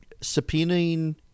subpoenaing